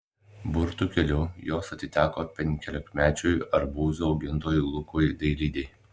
burtų keliu jos atiteko penkiolikmečiui arbūzų augintojui lukui dailidei